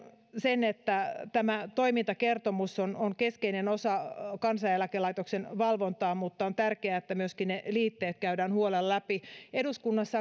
sen että tämä toimintakertomus on on keskeinen osa kansaneläkelaitoksen valvontaa mutta on tärkeää että myöskin ne liitteet käydään huolella läpi eduskunnassa